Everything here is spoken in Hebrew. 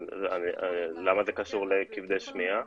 למה זה קשור לכבדי שמיעה?